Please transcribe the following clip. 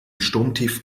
sturmtief